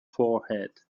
forehead